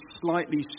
slightly